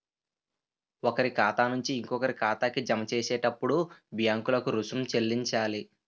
ఒకరి ఖాతా నుంచి ఇంకొకరి ఖాతాకి జమ చేసేటప్పుడు బ్యాంకులకు రుసుం చెల్లించాలి